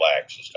relax